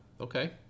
Okay